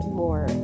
more